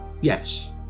yes